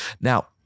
now